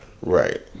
right